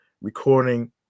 recording